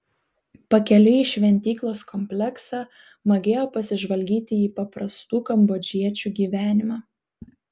pakeliui į šventyklos kompleksą magėjo pasižvalgyti į paprastų kambodžiečių gyvenimą